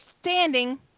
standing